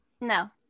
no